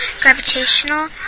gravitational